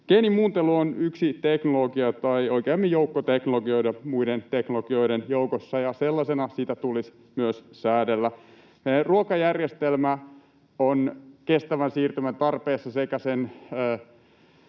Geenimuuntelu on yksi teknologia tai oikeammin joukko teknologioita muiden teknologioiden joukossa, ja sellaisena sitä tulisi myös säädellä. Ruokajärjestelmä on kestävän siirtymän tarpeessa sekä sen